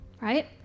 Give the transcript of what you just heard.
right